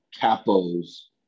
capo's